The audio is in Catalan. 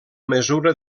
mesura